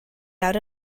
lawr